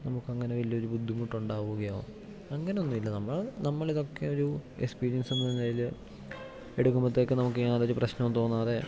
നമുക്കങ്ങനെ വലിയൊരു ബുദ്ധിമുട്ടുണ്ടാവുകയോ അങ്ങനെയൊന്നും ഇല്ല നമ്മള് നമ്മളിതൊക്കെ ഒരു എക്സ്പീരിയൻസ് എന്നെ നിലയി എടുക്കുമ്പത്തേക്ക് നമുക്കത് യാതൊരു പ്രശ്നവും തോന്നാതെ